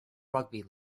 rugby